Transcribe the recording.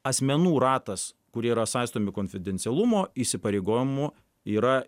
asmenų ratas kurie yra saistomi konfidencialumo įsipareigojimų yra